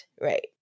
Right